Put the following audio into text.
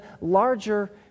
larger